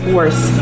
Worse